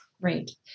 Great